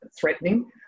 threatening